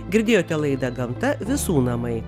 girdėjote laidą gamta visų namai